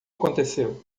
aconteceu